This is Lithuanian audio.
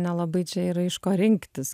nelabai čia yra iš ko rinktis